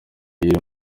n’iyi